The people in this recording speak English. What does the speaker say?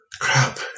crap